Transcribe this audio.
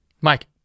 Mike